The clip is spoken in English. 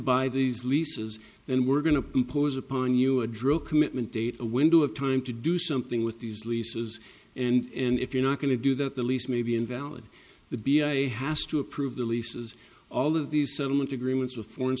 buy these leases and we're going to impose upon you a drill commitment date a window of time to do something with these leases and if you're not going to do that the lease may be invalid the b a a has to approve the leases all of these settlement agreements of foreign